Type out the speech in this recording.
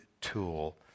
tool